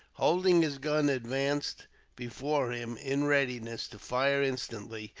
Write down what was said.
holding his gun advanced before him, in readiness to fire instantly,